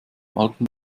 alten